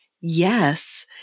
Yes